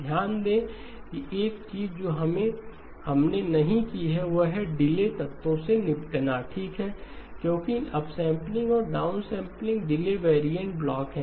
ध्यान दें कि एक चीज जो हमने नहीं की है वह है डिले तत्वों से निपटना ठीक है क्योंकि अपसैम्पलिंग और डाउनसैम्पलिंग डिले वेरिएंट ब्लॉक हैं